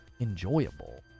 enjoyable